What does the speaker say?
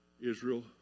Israel